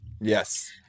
Yes